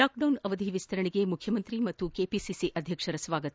lockdown ಅವಧಿ ವಿಸ್ತರಣೆಗೆ ಮುಖ್ಯಮಂತ್ರಿ ಮತ್ತು ಕೆಪಿಸಿಸಿ ಅಧ್ಯಕ್ಷರ ಸ್ವಾಗತ